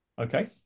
Okay